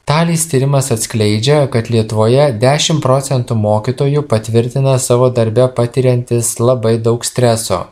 talis tyrimas atskleidžia kad lietuvoje dešim procentų mokytojų patvirtinę savo darbe patiriantys labai daug streso